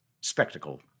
spectacle